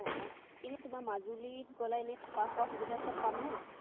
অঁ অঁ এনেই তোমাৰ মাজুলীত গ'লে এনেই থকা খোৱা সুবিধা চব পামনে